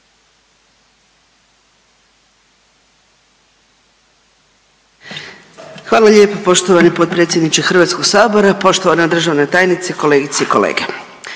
Hvala lijepo poštovani potpredsjedniče Hrvatskog sabora. Poštovana državna tajnice, kolegice i kolege,